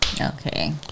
Okay